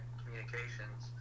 communications